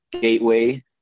Gateway